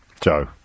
Joe